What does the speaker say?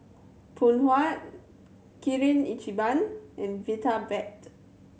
Phoon Huat Kirin Ichiban and Vitapet